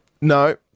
No